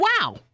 wow